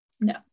no